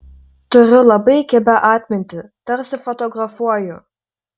turiu labai kibią atmintį tarsi fotografuoju